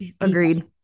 Agreed